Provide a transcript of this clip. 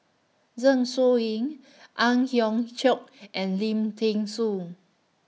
Zeng Shouyin Ang Hiong Chiok and Lim Thean Soo